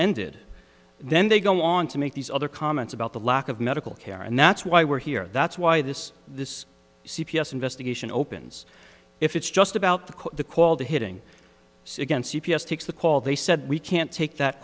ended then they go on to make these other comments about the lack of medical care and that's why we're here that's why this this c p s investigation opens if it's just about the the quality hitting so again c p s takes the call they said we can't take that